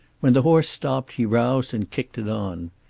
when the horse stopped he roused and kicked it on.